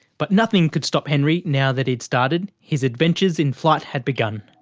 but nothing could stop henry now that he'd started. his adventures in flight had begun.